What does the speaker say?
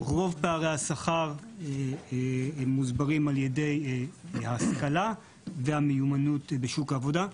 רוב פערי השכר מוסברים על ידי השכלה והמיומנות בשוק העבודה.